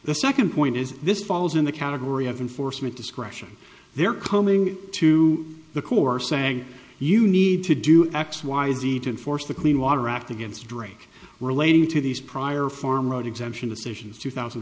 the second point is this falls in the category of enforcement discretion they're coming to the core saying you need to do x y z to enforce the clean water act against drake relating to these prior farm road exemption decisions two thousand